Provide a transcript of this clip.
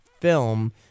film